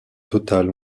total